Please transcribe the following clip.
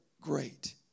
great